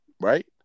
Right